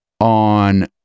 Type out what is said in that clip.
on